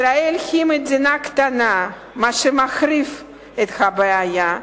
ישראל היא מדינה קטנה, מה שמחריף את הבעיה.